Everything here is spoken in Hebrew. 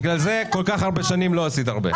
בגלל זה כל כך הרבה שנים לא עשית הרבה.